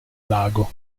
lago